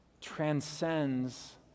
transcends